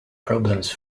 problems